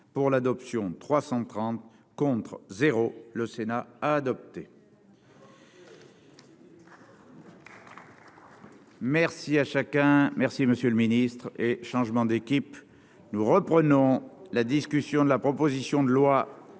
pour l'adoption 330 contre 0, le Sénat a adopté. Merci à chacun, merci monsieur le Ministre et changement d'équipe, nous reprenons la discussion de la proposition de loi